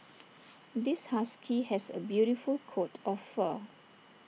this husky has A beautiful coat of fur